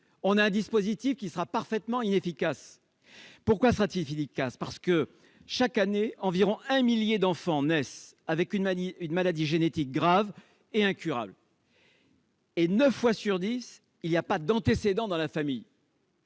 Ce dispositif sera parfaitement inefficace. Pourquoi ? Parce que, chaque année, environ un millier d'enfants naissent avec une maladie génétique grave et incurable. Or, neuf fois sur dix, il n'y a pas d'antécédent dans la famille.